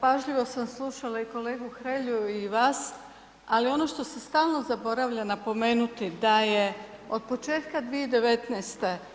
Pažljivo sam slušala i kolegu Hrelju i vas, ali ono što se stalno zaboravlja napomenuti da je od početka 2019.